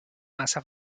masa